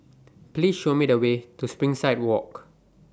Please Show Me The Way to Springside Walk